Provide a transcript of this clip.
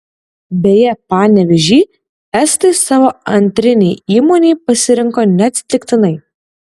beje panevėžį estai savo antrinei įmonei pasirinko neatsitiktinai